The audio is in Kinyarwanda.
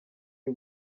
y’u